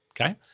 Okay